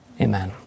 Amen